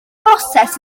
broses